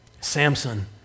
Samson